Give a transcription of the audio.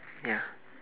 ya